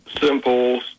simple